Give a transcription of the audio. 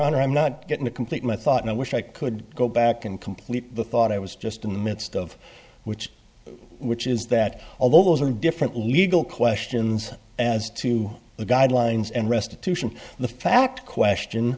honor i'm not getting to complete my thought and i wish i could go back and complete the thought i was just in the midst of which which is that although those are different legal questions as to the guidelines and restitution the fact question